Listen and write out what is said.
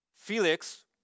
Felix